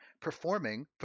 performing